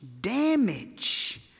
damage